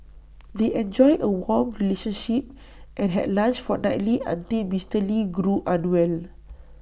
they enjoyed A warm relationship and had lunch fortnightly until Mister lee grew unwell